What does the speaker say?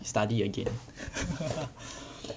study again